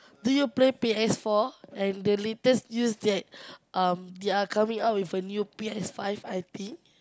do you play P_S-four and the latest news that um they are coming up with a new P_S-five I think